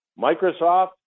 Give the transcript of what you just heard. Microsoft